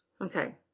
Okay